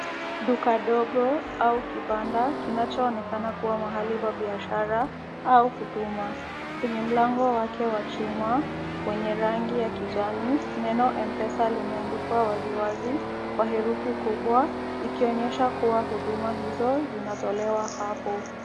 Duka ndogo au kibanda kinachoonekana kuwa mahali pa biashara au huduma. Kwenye mlango wake wa chuma wenye rangi ya kijani, neno mpesa limeandikwa waziwazi kwa herufi kubwa, ikionyesha kuwa huduma hizo zinatolewa hapo.